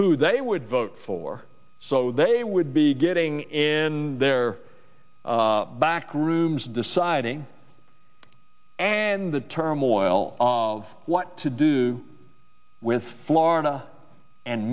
who they would vote for so they would be getting in their back rooms deciding and the turmoil of what to do with florida and